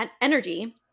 energy